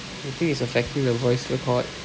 do you think it's affecting the voice record